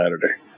Saturday